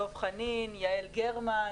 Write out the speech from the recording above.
דב חנין, יעל גרמן.